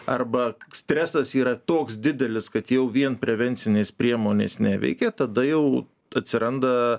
arba stresas yra toks didelis kad jau vien prevencinės priemonės neveikia tada jau atsiranda